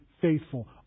faithful